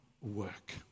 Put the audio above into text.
work